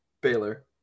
Baylor